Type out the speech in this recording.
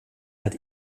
hat